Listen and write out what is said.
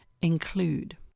include